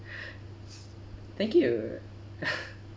thank you